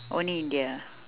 only india ah